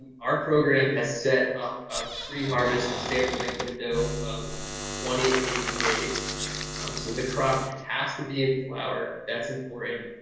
our program has set up a pre-harvest sampling window of twenty eight days. so the crop has to be in flower, that's important.